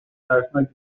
ترسناک